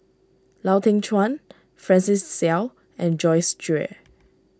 Lau Teng Chuan Francis Seow and Joyce Jue